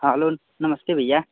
हाँ हेलो नमस्ते भैया